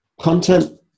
content